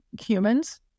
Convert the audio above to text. humans